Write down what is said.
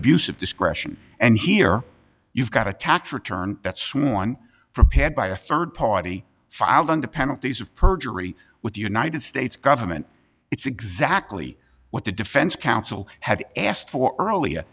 of discretion and here you've got a tax return that's one prepared by a third party filing the penalties of perjury with the united states government it's exactly what the defense counsel had asked for earlier